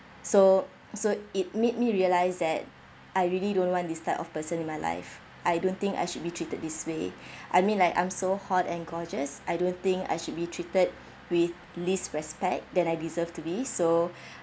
so so it made me realise that I really don't want this type of person in my life I don't think I should be treated this way I mean like I'm so hot and gorgeous I don't think I should be treated with least respect that I deserve to be so